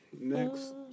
next